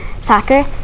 soccer